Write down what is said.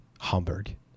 Hamburg